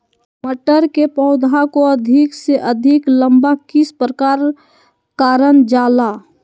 मटर के पौधा को अधिक से अधिक लंबा किस प्रकार कारण जाला?